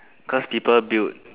cause people build